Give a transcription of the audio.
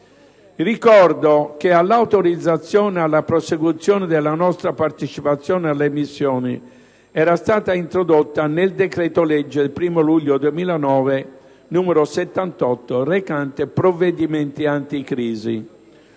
Ricordo che l'autorizzazione alla prosecuzione della nostra partecipazione alle missioni era stata introdotta nel decreto-legge del 1° luglio 2009, n. 78, recante «provvedimenti anticrisi».